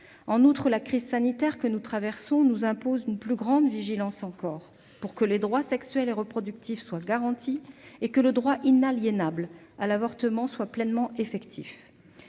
En outre, la crise sanitaire que nous traversons nous impose une plus grande vigilance encore pour que les droits sexuels et reproductifs soient garantis et que le droit inaliénable à l'avortement soit pleinement effectif.